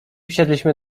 wsiedliśmy